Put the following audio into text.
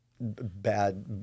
bad